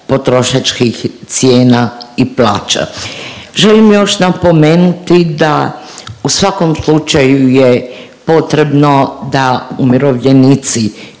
potrošačkih cijena i plaća. Želim još napomenuti da u svakom slučaju je potrebno da umirovljenici